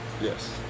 Yes